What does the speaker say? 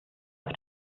auf